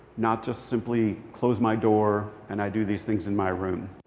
not just simply, close my door, and i do these things in my room.